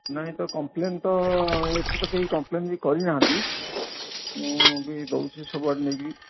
ନାଇଁ ତ କମ୍ପ୍ଲେନ୍ ତ ଏଇଠୁ ତ କେହି କମ୍ପ୍ଲେନ୍ ବି କରିନାହାନ୍ତି ମୁଁ ବି ଦେଉଛି ସବୁଆଡେ ନେଇକି